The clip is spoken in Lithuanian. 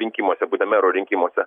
rinkimuose būtent mero rinkimuose